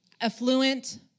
Affluent